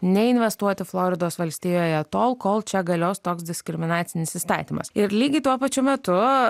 neinvestuoti floridos valstijoje tol kol čia galios toks diskriminacinis įstatymas ir lygiai tuo pačiu metu